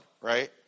right